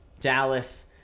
Dallas